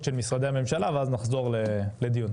של משרדי הממשלה ואז נחזור לדיון,